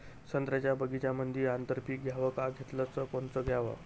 संत्र्याच्या बगीच्यामंदी आंतर पीक घ्याव का घेतलं च कोनचं घ्याव?